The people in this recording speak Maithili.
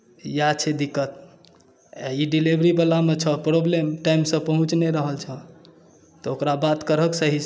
इएह छै दिक्कतअहि डिलीवरीवलामे अछि प्रॉब्लम टाइमसँ पहुँच नहि रहल छै ओकरासँ बात करहक सहीसँ